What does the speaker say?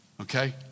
okay